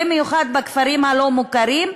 במיוחד בכפרים הלא-מוכרים,